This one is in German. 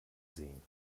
sehen